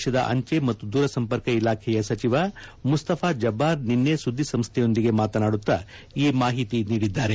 ಆ ದೇಶದ ಅಂಚೆ ಮತ್ತು ದೂರಸಂಪರ್ಕ ಇಲಾಖೆಯ ಸಚಿವ ಮುಸ್ತಫಾ ಜಬ್ಬಾರ್ ನಿನ್ನೆ ಸುದ್ದಿಸಂಸ್ಥೆಯೊಂದಿಗೆ ಮಾತನಾಡುತ್ತಾ ಈ ಮಾಹಿತಿ ನೀಡಿದ್ದಾರೆ